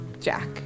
Jack